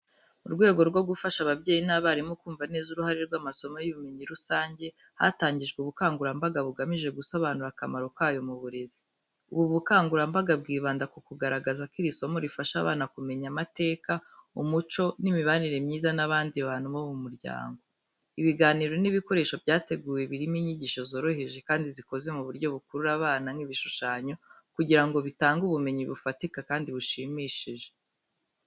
Mu rwego rwo gufasha ababyeyi n’abarimu kumva neza uruhare rw’amasomo y’ubumenyi rusange, hatangijwe ubukangurambaga bugamije gusobanura akamaro kayo mu burezi. Ubu bukangurambaga bwibanda ku kugaragaza uko iri somo rifasha abana kumenya amateka, umuco, n’imibanire myiza n’abandi bantu mu muryango. Ibiganiro n’ibikoresho byateguwe birimo inyigisho zoroheje kandi zikoze mu buryo bukurura abana, nk’ibishushanyo, kugira ngo bitange ubumenyi bufatika kandi bushimishije.